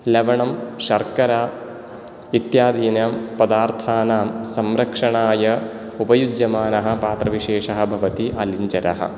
लवणं शर्करा इत्यादीनां पदार्थानां संरक्षणाय उपयुज्यमानः पात्रविशेषः भवति अलिञ्जरः